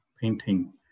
painting